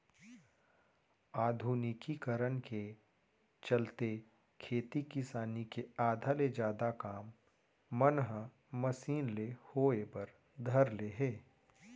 आधुनिकीकरन के चलते खेती किसानी के आधा ले जादा काम मन ह मसीन ले होय बर धर ले हे